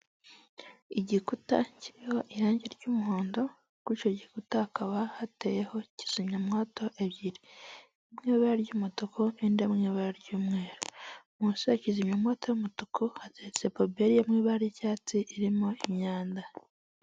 Uyu ni umuhanda wo mu bwoko bwa kaburimbo ugizwe n'amabara y'umukara nu'uturongo tw'umweru, kuruhande hari ibiti birebire by'icyatsi bitoshye, bitanga umuyaga n'amahumbezi ku banyura aho ngaho bose.